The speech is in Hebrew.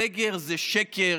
סגר זה שקר,